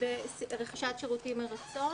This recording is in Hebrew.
רכישת שירותים מרצון.